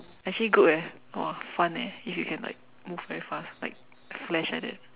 actually good eh !wah! fun eh if you can like move very fast like flash like that